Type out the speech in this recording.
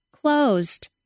closed